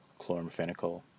chloramphenicol